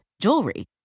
jewelry